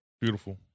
Beautiful